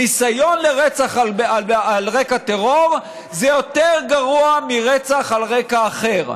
ניסיון לרצח על רקע טרור זה יותר גרוע מרצח על רקע אחר.